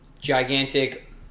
gigantic